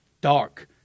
dark